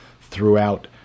throughout